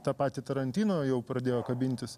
tą patį tarantino jau pradėjo kabintis